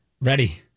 Ready